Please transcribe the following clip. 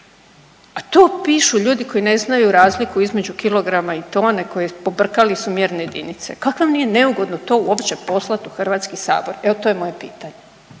a to pišu ljudi koji ne znaju razliku između kilograma i tone, koji pobrkali su mjerne jedinice, kako vam nije neugodno to uopće poslati u Hrvatski sabor, evo to je moje pitanje